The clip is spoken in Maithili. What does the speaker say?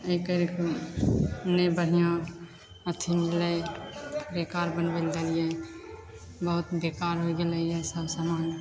एकर नहि बढ़िआँ अथी मिललै बेकार बनबैले देलिए बहुत बेकार होइ गेलै इएहसब समान